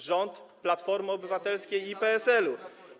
Rząd Platformy Obywatelskiej i PSL-u.